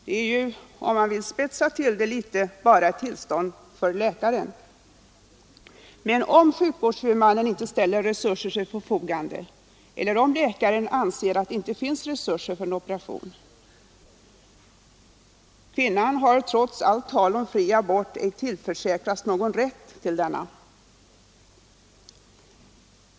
Det gäller ju, om man vill spetsa till saken litet, bara ett tillstånd för läkare. Och om sjukvårdshuvudmannen inte ställer resurser till förfogande eller om läkare anser att det inte finns resurser för en operation, hur blir det då? Kvinnan har trots allt tal om fri abort ej tillförsäkrats någon rätt till sådan.